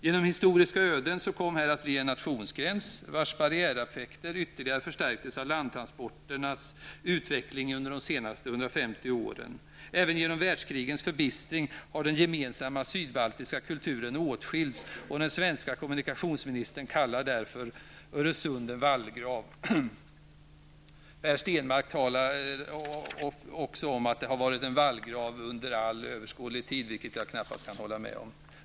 Genom historiska öden kom här att bli en nationsgräns, vars barriäreffekter ytterligare förstärkts av landtransporternas utveckling under de senaste 150 åren. Även genom världskrigens förbistring har den gemensamma sydbaltiska kulturen åtskilts, och den svenska kommunikationsministern kallar därför Öresund en vallgrav. Per Stenmarck sade också att det har varit en vallgrav under all överskådlig tid, vilket jag knappast kan hålla med om.